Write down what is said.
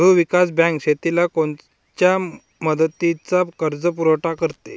भूविकास बँक शेतीला कोनच्या मुदतीचा कर्जपुरवठा करते?